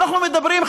ואנחנו מדברים,